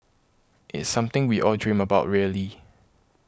it's something we all dream about really